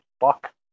Fuck